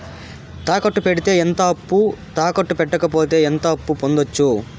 తాకట్టు పెడితే ఎంత అప్పు, తాకట్టు పెట్టకపోతే ఎంత అప్పు పొందొచ్చు?